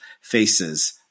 faces